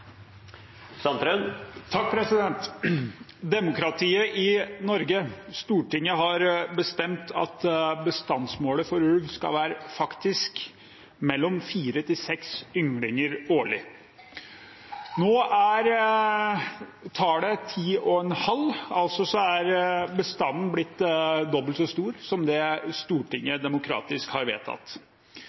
andre mener det har. Det blir replikkordskifte. Demokratiet i Norge, Stortinget, har bestemt at bestandsmålet for ulv skal være mellom 4 og 6 ynglinger årlig. Nå er tallet 10,5 – altså er bestanden blitt dobbelt så stor som det Stortinget demokratisk har vedtatt.